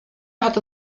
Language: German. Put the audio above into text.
hat